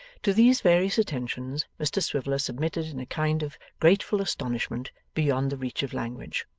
to these various attentions, mr swiveller submitted in a kind of grateful astonishment beyond the reach of language.